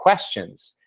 questions.